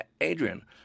Adrian